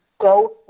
go